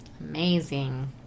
Amazing